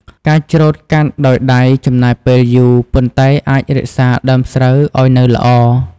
ការច្រូតកាត់ដោយដៃចំណាយពេលយូរ ប៉ុន្តែអាចរក្សាដើមស្រូវឱ្យនៅល្អ។